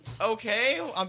Okay